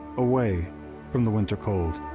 away from the winter cold.